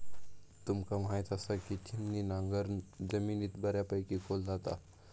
तुमका म्हायत आसा, की छिन्नी नांगर जमिनीत बऱ्यापैकी खोल जाता